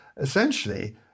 essentially